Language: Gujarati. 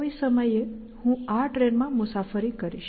કોઈ સમયે હું આ ટ્રેન માં મુસાફરી કરીશ